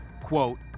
Quote